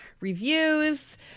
reviews